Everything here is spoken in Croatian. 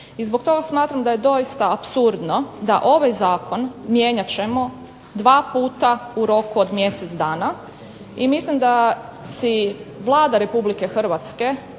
I zbog toga smatram da je doista apsurdno da mijenjamo ovaj zakon dva puta u roku od mjesec dana. I mislim da si Vlada RH i hrvatski